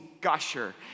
Gusher